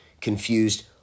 confused